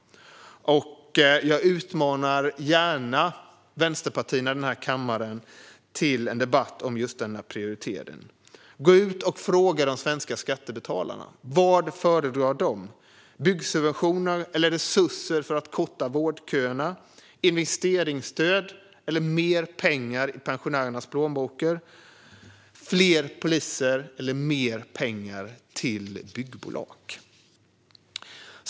Jag utmanar gärna vänsterpartierna i denna kammare till en debatt om just denna prioritering. Gå ut och fråga de svenska skattebetalarna vad de föredrar: byggsubventioner eller resurser för att korta vårdköerna, investeringsstöd eller mer pengar i pensionärernas plånböcker, fler poliser eller mer pengar till byggbolag. Fru talman!